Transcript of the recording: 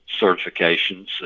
certifications